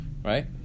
Right